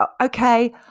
okay